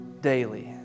daily